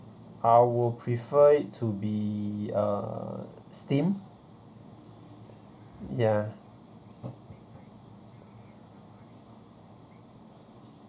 I will prefer it to be uh steamed ya